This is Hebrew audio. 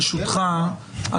ברשותך,